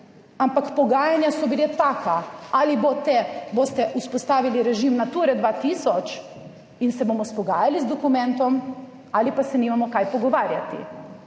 ampak pogajanja so bila taka, ali boste vzpostavili režim Nature 2000 in se bomo spogajali z dokumentom ali pa se nimamo kaj pogovarjati.